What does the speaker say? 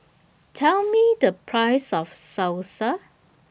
Tell Me The Price of Salsa